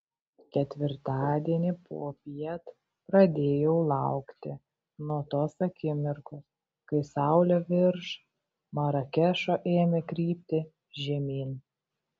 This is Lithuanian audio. ketvirtadienį popiet pradėjau laukti nuo tos akimirkos kai saulė virš marakešo ėmė krypti žemyn